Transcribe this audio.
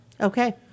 Okay